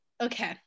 okay